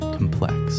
complex